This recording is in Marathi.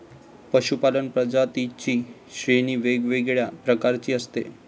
पशूपालन प्रजातींची श्रेणी वेगवेगळ्या प्रकारची असते